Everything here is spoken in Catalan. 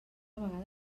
vegada